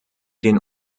den